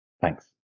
Thanks